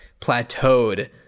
plateaued